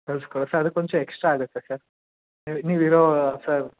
ಕಳ್ಸಿ ಕಳ್ಸ್ರೆ ಅದಕ್ಕೆ ಒಂಚೂರು ಎಕ್ಸ್ಟ್ರಾ ಆಗುತ್ತೆ ಸರ್ ನೀವು ಇರೋ ಸರ್